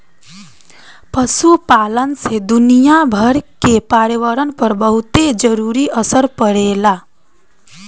पशुपालन से दुनियाभर के पर्यावरण पर बहुते जरूरी असर पड़ेला